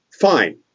Fine